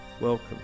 welcome